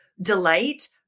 delight